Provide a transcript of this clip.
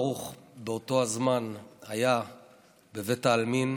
ברוך באותו הזמן היה בבית העלמין